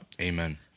Amen